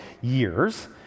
years